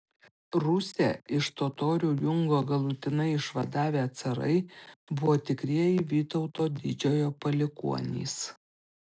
rusią iš totorių jungo galutinai išvadavę carai buvo tikrieji vytauto didžiojo palikuonys